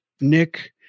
Nick –